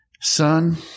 son